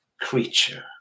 creature